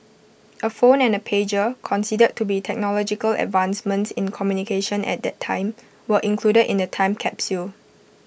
A phone and A pager considered to be technological advancements in communication at that time were included in the time capsule